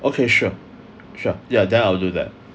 okay sure sure yeah then I'll do that